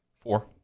Four